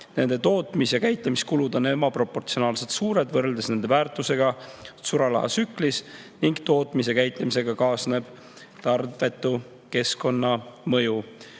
Nende tootmis‑ ja käitlemiskulud on ebaproportsionaalselt suured võrreldes nende väärtusega sularahatsüklis ning tootmise ja käitlemisega kaasneb tarbetu keskkonnamõju.